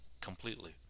completely